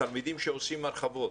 התלמידים שעושים הרחבות